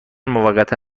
موقتا